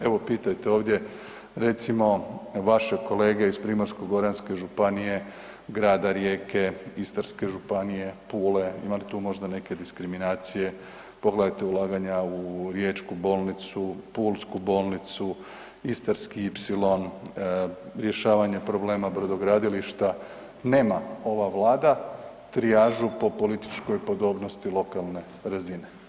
Evo, pitajte ovdje recimo vaše kolege iz Primorsko-goranske županije, grada Rijeke, Istarske županije Pule, ima li tu možda neke diskriminacije, pogledajte ulaganja u riječku bolnicu, pulsku bolnicu, istarski ipsilon, rješavanje problema brodogradilišta, nema ova Vlada trijažu po političkoj podobnosti lokalne razine.